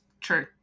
True